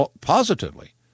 positively